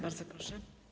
Bardzo proszę.